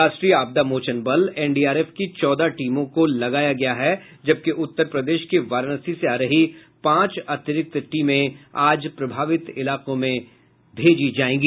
राष्ट्रीय आपदा मोचन बल एनडीआरएफ की चौदह टीमों को लगाया गया है जबकि उत्तर प्रदेश के वाराणसी से आ रही पांच अतिरिक्त टीमें आज प्रभावित इलाकों में भेजी जायेगी